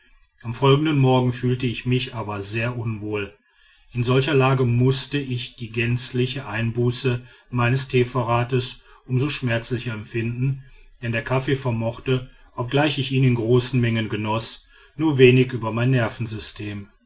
am folgenden morgen fühlte ich mich aber sehr unwohl in solcher lage mußte ich die gänzliche einbuße meines teevorrats um so schmerzlicher empfinden denn der kaffee vermochte obgleich ich ihn in großen mengen genoß nur wenig über mein nervensystem